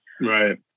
right